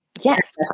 Yes